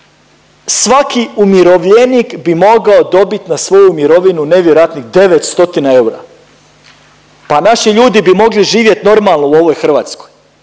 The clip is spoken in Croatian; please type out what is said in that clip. svaki umirovljenik bi mogao dobit na svoju mirovinu nevjerojatnih 9 stotina eura. Pa naši ljudi bi mogli živjet normalno u ovoj Hrvatskoj,